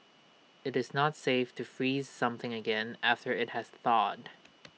IT is not safe to freeze something again after IT has thawed